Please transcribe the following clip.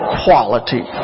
quality